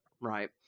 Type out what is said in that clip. right